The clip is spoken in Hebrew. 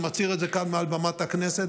אני מצהיר את זה כאן מעל במת הכנסת,